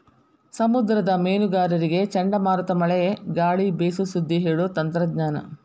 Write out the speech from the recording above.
ಸಮುದ್ರದ ಮೇನುಗಾರರಿಗೆ ಚಂಡಮಾರುತ ಮಳೆ ಗಾಳಿ ಬೇಸು ಸುದ್ದಿ ಹೇಳು ತಂತ್ರಜ್ಞಾನ